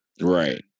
right